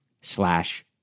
slash